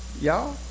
y'all